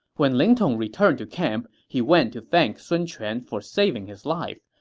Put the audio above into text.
when ling tong returned to camp, he went to thank sun quan for saving his life,